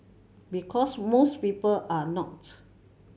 because most people are not